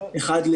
אחד,